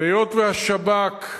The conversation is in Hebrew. והיות שהשב"כ,